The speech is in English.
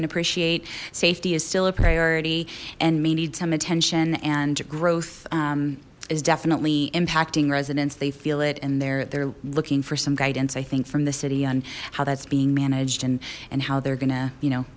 and appreciate safety is still a priority and may need some attention and growth is definitely impacting residents they feel it and they're there looking for some guidance i think from the city on how that's being managed and and how they're gonna you know